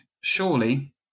surely